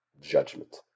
Judgment